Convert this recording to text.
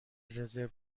رزرو